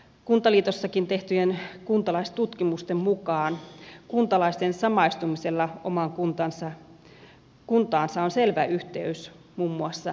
kuntaliitossakin tehtyjen kuntalaistutkimusten mukaan kuntalaisten samaistumisella omaan kuntaansa on selvä yhteys muun muassa äänestysaktiivisuuteen